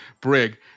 Brig